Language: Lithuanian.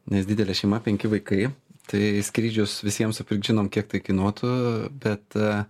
nes didelė šeima penki vaikai tai skrydžius visiems žinom kiek tai kainuotų bet